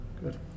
Good